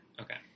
Okay